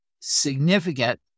significant